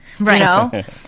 right